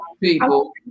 people